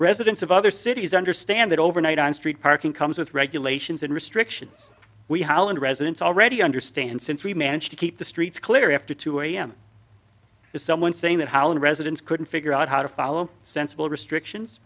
residents of other cities understand that overnight on street parking comes with regulations and restrictions we holland residents already understand since we managed to keep the streets clear after two am if someone saying that holland residents couldn't figure out how to follow sensible restrictions